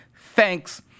Thanks